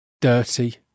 dirty